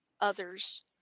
others